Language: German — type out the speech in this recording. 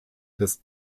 des